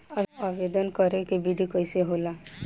आवेदन करे के विधि कइसे होला?